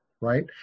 right